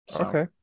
Okay